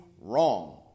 wrong